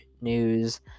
news